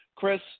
Chris